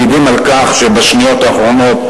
מעידים על כך שבשניות האחרונות,